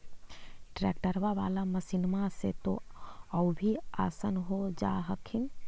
ट्रैक्टरबा बाला मसिन्मा से तो औ भी आसन हो जा हखिन?